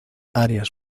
arias